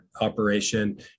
operation